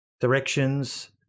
Directions